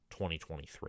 2023